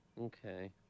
Okay